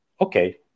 okay